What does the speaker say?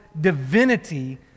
divinity